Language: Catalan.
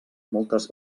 moltes